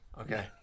Okay